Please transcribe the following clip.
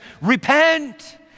repent